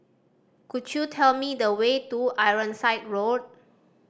could you tell me the way to Ironside Road